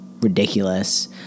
ridiculous